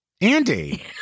Andy